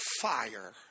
fire